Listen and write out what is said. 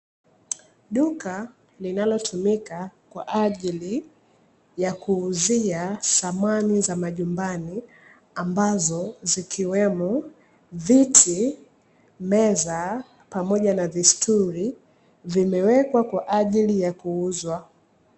Duka linalotumika kwa ajili ya kuuzia samani za majumbani. Ambazo zikiwemo: viti, meza pamoja na vistuli; vimewekwa kwa ajili ya kuuzwa.